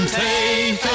take